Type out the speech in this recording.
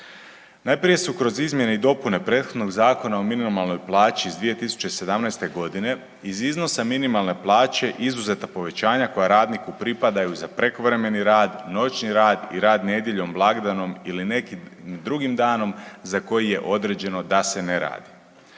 Najprije su kroz izmjene i dopune prethodnog Zakona o minimalnoj plaći iz 2017.g. iz iznosa minimalne plaće izuzeta povećanja koja radniku pripadaju za prekovremeni rad, noćni rad i rad nedjeljom, blagdanom ili nekim drugim danom za koji je određeno da se ne radi.